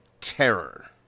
terror